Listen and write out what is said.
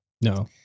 No